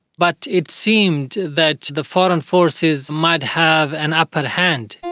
but it seemed that the foreign forces might have an upper hand.